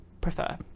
prefer